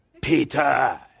Peter